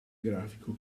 grafico